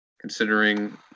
considering